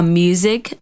music